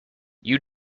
you